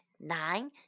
nine